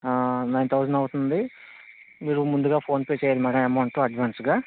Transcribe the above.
nine thousand అవుతుంది మీరు ముందుగా ఫోన్ పే చేయాలి మ్యాడమ్ ఎమౌంటు అడ్వాన్స్గా